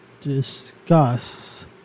discuss